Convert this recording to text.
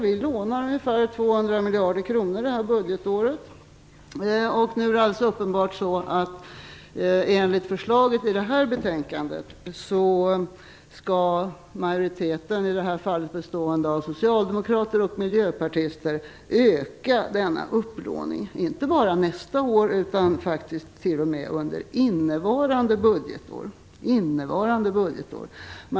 Vi lånar ungefär 200 miljarder kronor det här budgetåret. Enligt förslaget i detta betänkande skall majoriteten - i detta fall bestående av socialdemokrater och miljöpartister - öka denna upplåning, inte bara nästa år utan faktiskt t.o.m. även under innevarande budgetår.